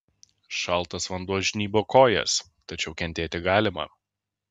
šaltas vanduo žnybo kojas tačiau kentėti galima